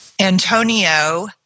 Antonio